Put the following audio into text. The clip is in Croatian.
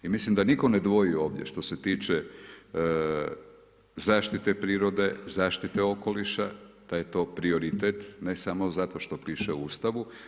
I mislim da nitko ne dvojiti ovdje što se tiče zaštite prirode, zaštite okoliša, da je to prioritet ne samo zato što piše u Ustavu.